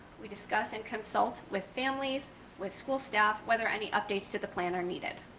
we discuss and consult with families with school staff whether any updates to the plan are needed.